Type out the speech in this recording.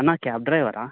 అన్న క్యాబ్ డ్రైవరా